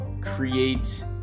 create